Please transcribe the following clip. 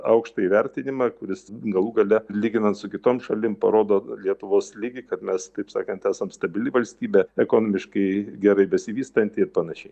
aukštą įvertinimą kuris galų gale lyginant su kitom šalim parodo lietuvos lygį kad mes taip sakant esant stabili valstybė ekonomiškai gerai besivystanti ir panašiai